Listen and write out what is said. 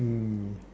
mm